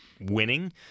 winning